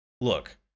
Look